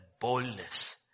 boldness